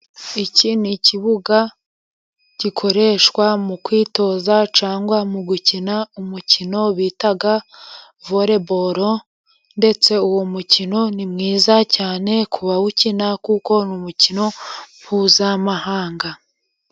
Iki ni ikibuga, gikoreshwa mu kwitoza cyangwa mu gukina umukino bita voreboro, ndetse uwo mukino ni mwiza cyane ku bawukina, kuko ni umukino mpuzamahanga.